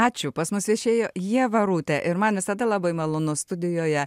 ačiū pas mus viešėjo ieva rutė ir man visada labai malonu studijoje